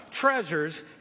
treasures